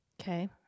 Okay